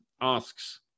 asks